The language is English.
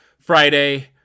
Friday